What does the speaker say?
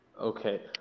Okay